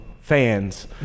fans